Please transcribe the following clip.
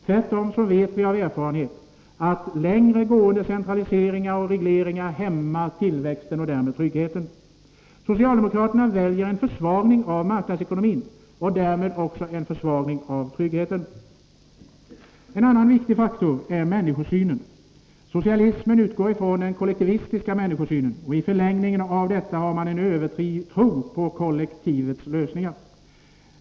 Tvärtom vet vi av erfarenhet att längre gående centralstyrning och reglering hämmar tillväxten och därmed tryggheten. Socialdemokratin väljer en försvagning av marknadsekonomin och därmed en försvagning av tryggheten. En annan viktig faktor är människosynen. Socialismen utgår från den kollektivistiska människosynen, och i förlängningen av detta har man en övertro på kollektiva lösningar.